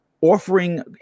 offering